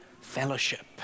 fellowship